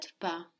pas